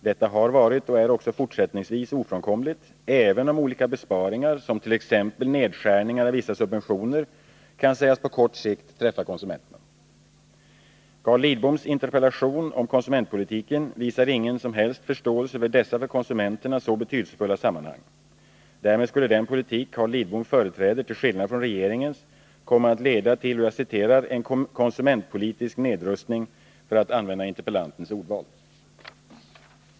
Detta har varit och är också fortsättningsvis ofrånkomligt, även om olika besparingar som t.ex. nedskärningar av vissa subventioner kan sägas på kort sikt träffa konsumenterna. Carl Lidboms interpellation om konsumentpolitiken visar ingen som helst förståelse för dessa för konsumenterna så betydelsefulla sammanhang. Därmed skulle den politik Carl Lidbom företräder till skillnad från regeringens komma att leda till en ”konsumentpolitisk nedrustning”, för att använda interpellantens ordval.